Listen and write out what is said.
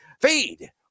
feed